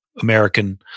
American